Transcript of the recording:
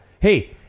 hey